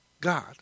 God